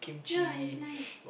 ya is nice